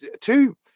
two